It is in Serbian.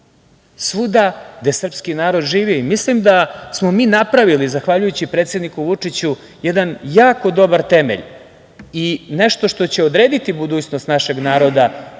svuda gde srpski narod živi. Mislim da smo mi napravili, zahvaljujući predsedniku Vučiću jedan jako dobar temelj i nešto što će odrediti budućnost našeg naroda